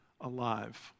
alive